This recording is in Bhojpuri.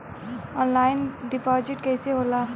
ऑनलाइन डिपाजिट कैसे होला?